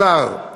השר,